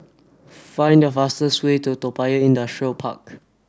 find the fastest way to Toa Payoh Industrial Park